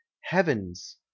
heavens